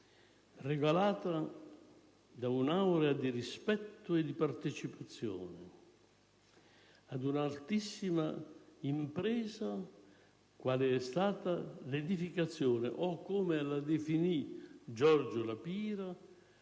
regolata da un'aura di rispetto e di partecipazione ad un'altissima impresa quale è stata l'edificazione - come la definì Giorgio La Pira